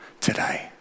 today